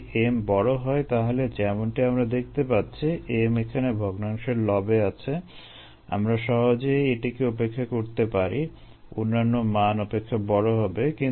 যদি m বড় হয় তাহলে যেমনটি আমরা দেখতে পাচ্ছি m এখানে ভগ্নাংশের লবে আছে আমরা সহজেই এটিকে উপেক্ষা করে যেতে পারি অন্যান্য মান অপেক্ষা বড় হবে